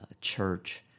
church